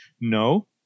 no